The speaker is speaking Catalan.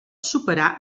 superar